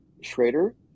Schrader